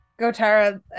Gotara